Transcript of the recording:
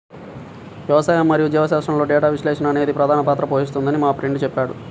వ్యవసాయం మరియు జీవశాస్త్రంలో డేటా విశ్లేషణ అనేది ప్రధాన పాత్ర పోషిస్తుందని మా ఫ్రెండు చెప్పాడు